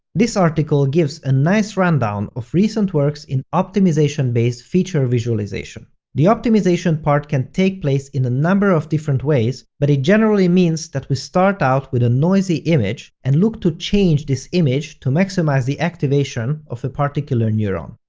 this article gives a nice rundown of recent works in optimization-based feature visualization. the optimization part can take place in a number different ways, but it generally means that we start out with a noisy image, and look to change this image to maximize the activation of a particular neuron.